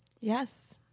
yes